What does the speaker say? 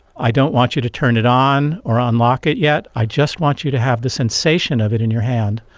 i don't want you to turn it on or ah unlock it yet, i just want you to have the sensation of it in your hand.